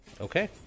Okay